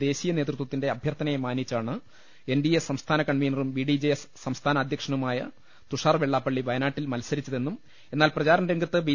ദേശീയ നേതൃത്വത്തി ന്റെ അഭ്യർത്ഥനയെ മാനിച്ചാണ് എൻഡിഎ സംസ്ഥാന കൺവീനറും ബിഡിജെഎസ് സംസ്ഥാന അധ്യക്ഷനുമായി തുഷാർ വെള്ളാപള്ളി വയനാട്ടിൽ മത്സരിച്ചതെന്നും എന്നാൽ പ്രചാരണ രംഗത്ത് ബി